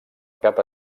cap